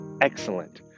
excellent